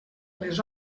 les